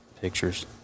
pictures